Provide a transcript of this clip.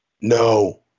No